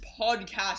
podcast